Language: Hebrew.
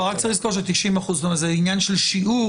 רק צריך לזכור שזהו עניין של שיעור,